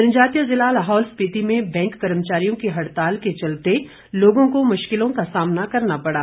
जनजातीय जिला लाहौल स्पिति में बैंक कर्मचारियों की हड़ताल के चलते लोगों को मुश्किलों का सामना करना पड़ा